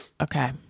Okay